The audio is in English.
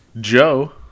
Joe